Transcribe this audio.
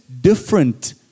different